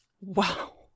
Wow